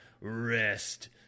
rest